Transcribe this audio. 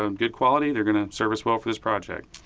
um good quality, they're going to serve us well for this project.